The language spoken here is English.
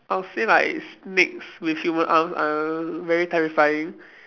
I'll say like snakes with human arms are very terrifying